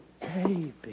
baby